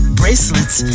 bracelets